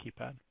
keypad